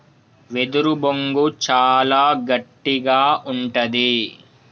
వెదురు బొంగు చాలా గట్టిగా ఉంటది